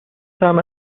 طعم